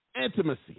Intimacy